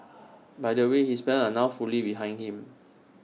by the way his parents are now fully behind him